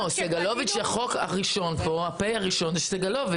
ה-פ' הראשון פה זה סגלוביץ'.